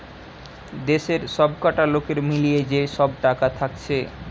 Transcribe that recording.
দেশের সবকটা লোকের মিলিয়ে যে সব টাকা থাকছে